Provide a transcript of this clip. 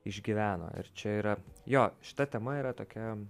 išgyveno ir čia yra jo šita tema yra tokia